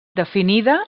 definida